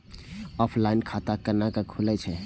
Offline खाता कैना खुलै छै?